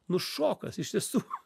nu šokas iš tiesų